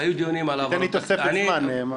תיתן לי תוספת זמן.